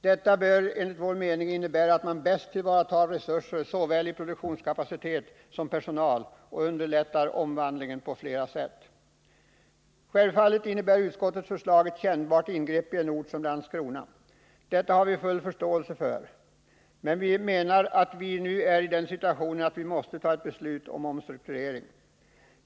Detta torde, enligt vår åsikt, innebära att man på bästa sätt tillvaratar resurser såväl beträffande produktionskapacitet som i fråga om personal. Omvandlingen skulle också på flera sätt underlättas. Självfallet skulle ett förverkligande av utskottets förslag innebära ett kännbart ingrepp på en ort som Landskrona. Detta har vi full förståelse för. Men vi menar att vi nu är i den situationen att vi måste fatta ett beslut om omstrukturering.